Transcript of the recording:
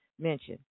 mention